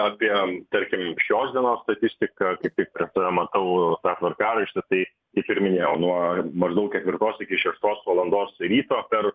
apie tarkim šios dienos statistiką kaip tik prieš save matau tą tvarkaraštį tai kaip ir minėjau nuo maždaug ketvirtos iki šeštos valandos ryto per